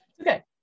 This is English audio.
okay